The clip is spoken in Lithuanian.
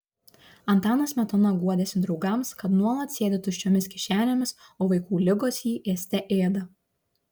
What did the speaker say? antanas smetona guodėsi draugams kad nuolat sėdi tuščiomis kišenėmis o vaikų ligos jį ėste ėda